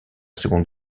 seconde